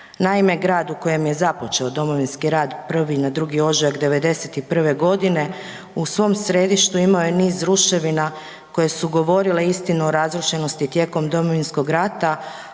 Naime, grad u kojem je započeo Domovinski rat 1. na 2. ožujak '91. godine u svom središtu imao je niz ruševina koje su govorile istinu o razrušenosti tijekom Domovinskog rata,